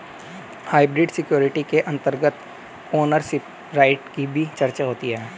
hybrid security के अंतर्गत ownership right की भी चर्चा होती है